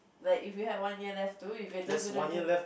like if you had one year left too you could just gonna drive